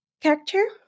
character